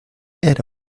era